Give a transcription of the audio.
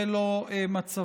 זה לא מצבי,